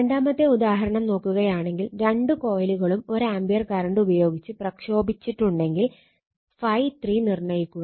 രണ്ടാമത്തെ ഉദാഹരണം നോക്കുകയാണെങ്കിൽ രണ്ട് കോയിലുകളും 1 ആംപിയർ കറണ്ട് ഉപയോഗിച്ച് പ്രക്ഷോഭിച്ചിട്ടുണ്ടെങ്കിൽ ∅3 നിർണ്ണയിക്കുക